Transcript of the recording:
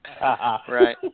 Right